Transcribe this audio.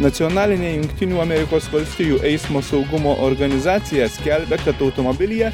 nacionalinė jungtinių amerikos valstijų eismo saugumo organizacija skelbia kad automobilyje